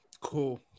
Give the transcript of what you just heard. Cool